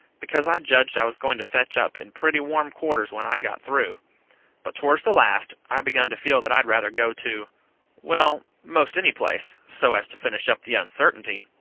because i judged i was going to fetch up in pretty warm quarters when i got through but towards the last i begun to feel that i'd rather go to well, most any place, so as to finish up the uncertainty.